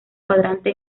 cuadrante